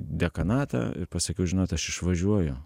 dekanatą ir pasakiau žinot aš išvažiuoju